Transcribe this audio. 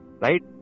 right